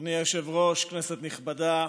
אדוני היושב-ראש, כנסת נכבדה,